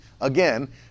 again